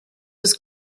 was